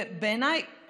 ובעיניי